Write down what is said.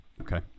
Okay